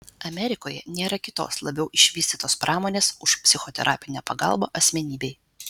amerikoje nėra kitos labiau išvystytos pramonės už psichoterapinę pagalbą asmenybei